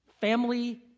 family